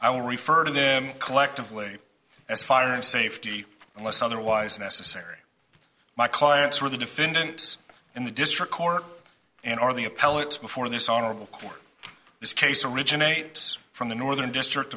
i will refer to them collectively as firearm safety unless otherwise necessary my clients were the defendants and the district court and or the appellate before this honorable court this case originates from the northern district